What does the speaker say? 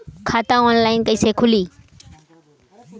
खाता ऑनलाइन कइसे खुली?